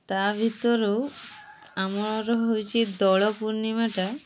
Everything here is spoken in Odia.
ତା' ଭିତରୁ ଆମର ହେଉଛି ଦୋଳ ପୂର୍ଣ୍ଣିମାଟା